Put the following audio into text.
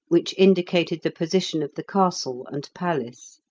which indicated the position of the castle and palace.